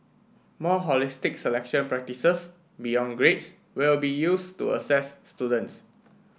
more holistic selection practices beyond grades will be used to assess students